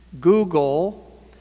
Google